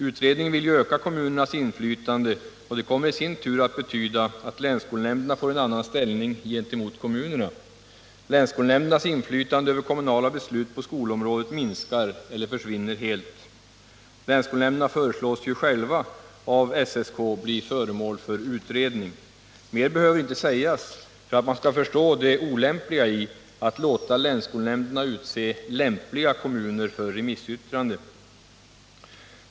Utredningen vill ju öka kommunernas inflytande, och det kommer i sin tur att betyda att länsskolnämnderna får en annan ställning gentemot kommunerna. Länsskolnämndernas inflytande över kommunala beslut på skolområdet minskar eller försvinner helt. Länsskolnämnderna föreslås ju själva av SSK bli föremål för utredning. Mer behöver inte sägas för att man skall förstå det olämpliga i att låta länsskolnämnderna utse lämpliga kommuner för remissyttrande.